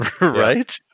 Right